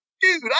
dude